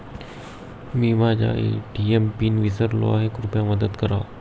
मी माझा ATM PIN विसरलो आहे, कृपया मदत करा